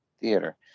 theater